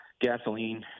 gasoline